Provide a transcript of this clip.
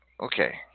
Okay